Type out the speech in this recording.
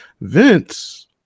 Vince